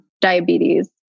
diabetes